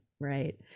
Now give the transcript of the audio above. right